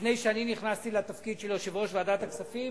לפני שנכנסתי לתפקיד של יושב-ראש ועדת הכספים,